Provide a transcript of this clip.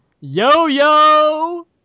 yo-yo